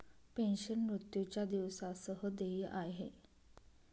pension, मृत्यूच्या दिवसा सह देय आहे